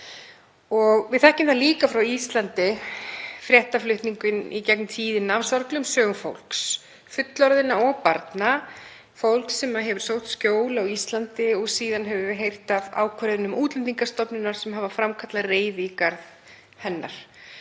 Við þekkjum það líka frá Íslandi, af fréttaflutningi í gegnum tíðina, af sorglegum sögum fólks, fullorðinna og barna, fólks sem hefur sótt skjól á Íslandi og síðan höfum við heyrt af ákvörðunum Útlendingastofnunar sem hafa framkallað reiði í garð hennar.